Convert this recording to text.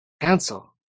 Cancel